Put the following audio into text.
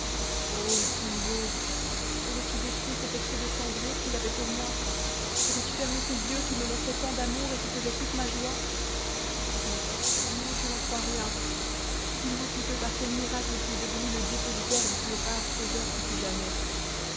ô tombeau aurais-tu détruit cet excès de tendresse qu'il avait pour moi aurais-tu fermé ces yeux qui me montraient tant d'amour et qui faisaient toute ma joie non non je n'en crois rien dis-moi plutôt par quel miracle tu es devenu le dépositaire du plus rare trésor qui fut jamais